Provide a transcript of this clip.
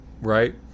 right